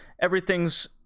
Everything's